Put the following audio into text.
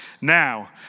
Now